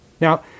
Now